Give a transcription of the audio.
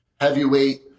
heavyweight